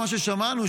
מה ששמענו,